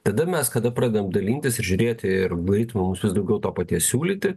tada mes kada pradedam dalintis ir žiūrėti ir greit mums vis daugiau to paties siūlyti